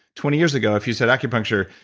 twenty years ago if you said acupuncture,